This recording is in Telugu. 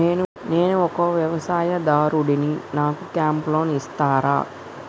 నేను ఒక వ్యవసాయదారుడిని నాకు క్రాప్ లోన్ ఇస్తారా?